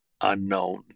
unknown